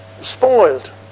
Spoiled